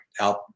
out